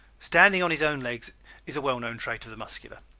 standing on his own legs is a well-known trait of the muscular.